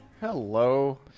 Hello